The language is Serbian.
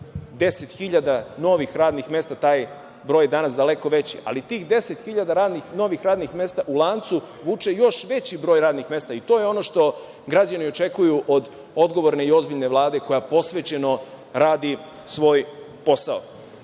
hiljada novih radnih mesta, taj broj je danas daleko veći. Tih deset hiljada novih radnih mesta u lancu vuče još veći broj radnih mesta, i to je ono što građani očekuju od odgovorne i ozbiljne Vlade koja posvećeno radi svoj